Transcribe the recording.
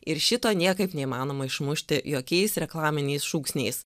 ir šito niekaip neįmanoma išmušti jokiais reklaminiais šūksniais